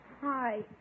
Hi